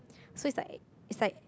so it's like it's like